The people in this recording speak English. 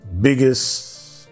biggest